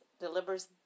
delivers